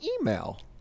email